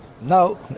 No